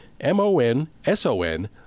M-O-N-S-O-N